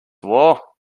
war